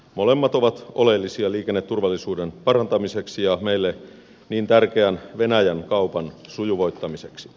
molemmat ovat oleellisia liikenneturvallisuuden parantamiseksi ja meille niin tärkeän venäjän kaupan sujuvoittamiseksi